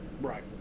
right